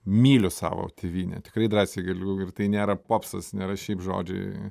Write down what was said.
myliu savo tėvynę tikrai drąsiai galiu ir tai nėra popsas nėra šiaip žodžiai